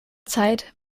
zeit